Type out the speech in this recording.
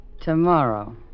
Tomorrow